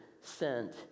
sent